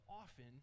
often